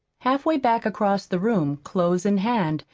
halfway back across the room, clothes in hand,